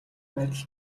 байтал